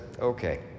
Okay